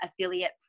affiliate